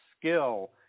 skill